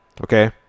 Okay